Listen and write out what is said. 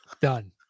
Done